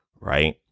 right